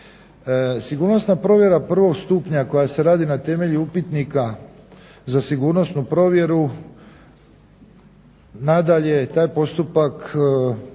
Sigurnosna provjera prvog stupnja koja se radi na temelju upitnika za sigurnosnu provjeru, nadalje taj postupak